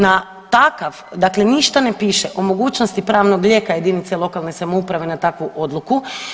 Na takav, dakle ništa ne piše o mogućnosti pravnog lijeka o jedinici lokalne samouprave na takvu odluku.